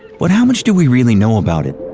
but how much do we really know about it?